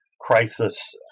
crisis